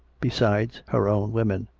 besides her own women.